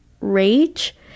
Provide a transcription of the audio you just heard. Rage